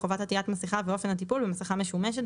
חובת עטיית מסכה ואופן הטיפול במסכה משומשת".